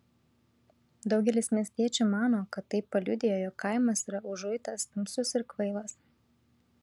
daugelis miestiečių mano kad tai paliudija jog kaimas yra užuitas tamsus ir kvailas